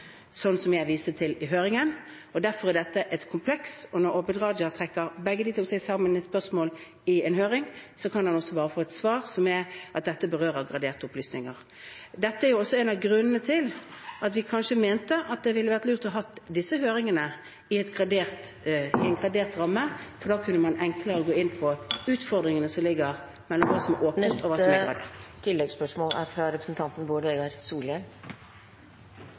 som jeg viste til i høringen. Derfor er dette et kompleks. Og når Abid Raja trekker begge de to sammen i et spørsmål i en høring, kan han bare få ett svar, som er at dette berører graderte opplysninger. Dette er også en av grunnene til at vi mente at det kanskje ville vært lurt å ha disse høringene i en gradert ramme. Da kunne man enklere gå inn på utfordringene som ligger mellom hva som er åpent, og hva som er gradert. Bård Vegar Solhjell